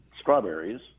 strawberries